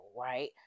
right